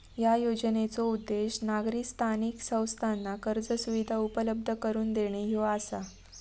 या योजनेचो उद्देश नागरी स्थानिक संस्थांना कर्ज सुविधा उपलब्ध करून देणे ह्यो आसा